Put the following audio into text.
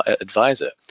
advisor